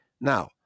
Now